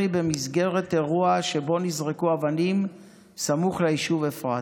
במסגרת אירוע שבו נזרקו אבנים סמוך ליישוב אפרת.